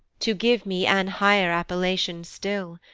to give me an higher appellation still,